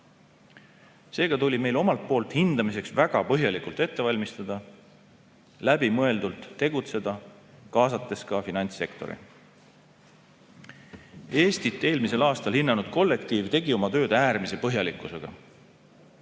Seega tuli meil omalt poolt hindamiseks väga põhjalikult ette valmistada, läbimõeldult tegutseda, kaasates ka finantssektori. Eestit eelmisel aastal hinnanud kollektiiv tegi oma tööd äärmise põhjalikkusega.